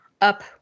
up